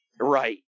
Right